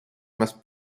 más